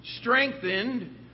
Strengthened